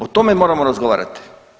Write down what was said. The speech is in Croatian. O tome moramo razgovarati.